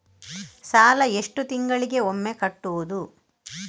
ಸಾಲ ಎಷ್ಟು ತಿಂಗಳಿಗೆ ಒಮ್ಮೆ ಕಟ್ಟುವುದು?